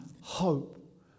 hope